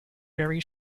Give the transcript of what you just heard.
very